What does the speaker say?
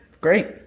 great